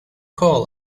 coal